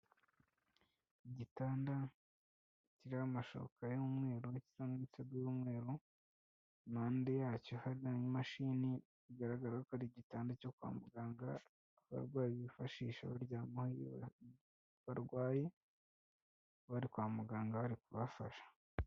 Igitanda kiri amashuka y'umweru, kiriho n'umusego w'umweru, impande yacyo hari imashini, bigaragara ko ari igitanda cyo kwa muganga, abarwayi bifashisha baryamaho iyo barwaye, bari kwa muganga bari kubsfashe.